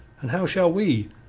and how shall we,